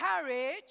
courage